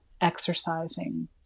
exercising